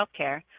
healthcare